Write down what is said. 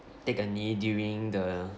take a knee during the